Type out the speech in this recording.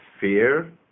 Fear